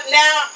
now